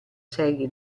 serie